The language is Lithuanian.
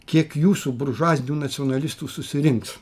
kiek jūsų buržuazinių nacionalistų susirinks